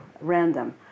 random